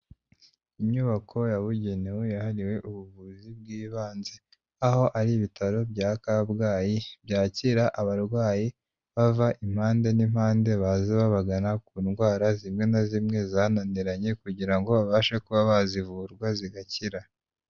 Inyubako yabugenewe yahariwe ubuvuzi bw'ibanze, aho ari ibitaro bya Kabgayi byakira abarwayi bava impande n'impande baze babagana ku ndwara zimwe na zimwe zananiranye kugira ngo babashe kuba bazivurwa zigakira.